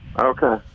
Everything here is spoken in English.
okay